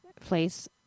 place